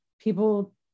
people